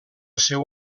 seu